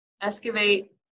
excavate